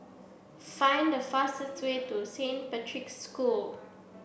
find the fastest way to Saint Patrick's School